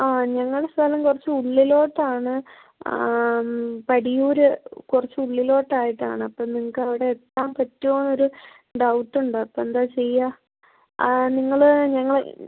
ആ ഞങ്ങളുടെ സ്ഥലം കുറച്ച് ഉള്ളിലോട്ടാണ് ആ പടിയൂര് കുറച്ചുള്ളിലോട്ടായിട്ടാണ് അപ്പം നിങ്ങൾക്കവിടെ എത്താൻ പറ്റുവോന്നൊര് ഡൗട്ടുണ്ട് അപ്പമെന്താണ് ചെയ്യുക ആ നിങ്ങള് ഞങ്ങള്